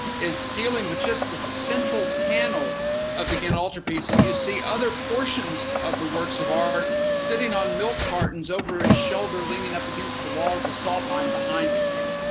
is dealing with just the central panel of the ghent altarpiece and you see other portions of the works of art sitting on milk cartons over his shoulder leaning up against the wall the salt mine behind him.